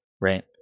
right